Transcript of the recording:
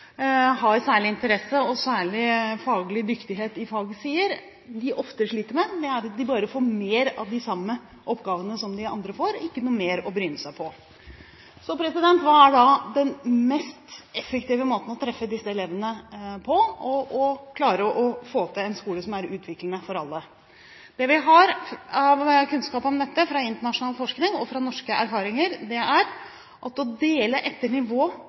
har særlig interesse og særlig faglig dyktighet, sier de oftere sliter med, er at de bare får mer av de samme oppgavene som de andre får, og ikke noe mer å bryne seg på. Så hva er da den mest effektive måten å treffe disse elevene på og å klare å få til en skole som er utviklende for alle? Det vi har av kunnskap om dette fra internasjonal forskning og fra norske erfaringer, er at det å dele etter nivå,